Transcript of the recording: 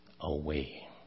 away